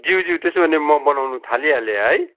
ज्यू ज्यू त्यसो भने म बनाउनु थालिहालेँ है